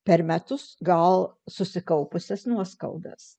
per metus gal susikaupusias nuoskaudas